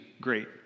great